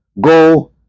go